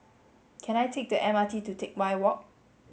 can I take the M R T to Teck Whye Walk